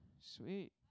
sweet